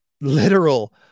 literal